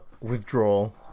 withdrawal